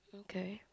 okay